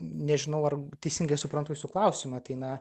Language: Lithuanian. nežinau ar teisingai suprantu jūsų klausimą tai na